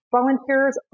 Volunteers